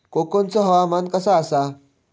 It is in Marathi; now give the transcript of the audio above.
कोकनचो हवामान कसा आसा?